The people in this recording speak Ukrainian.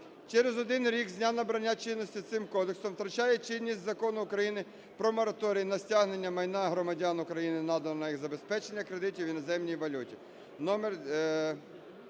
"Через один рік з дня набрання чинності цим Кодексом втрачає чинність Закон України "Про мораторій на стягнення майна громадян України, наданого як забезпечення кредитів в іноземній валюті"